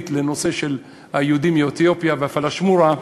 לנושא של היהודים מאתיופיה והפלאשמורה,